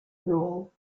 rule